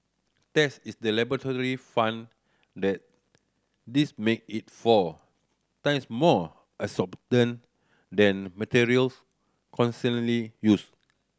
test is the laboratory found that this make it four times more than materials used